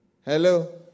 Hello